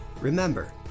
Remember